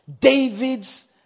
David's